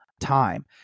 time